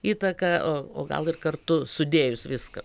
įtaka o o gal ir kartu sudėjus viską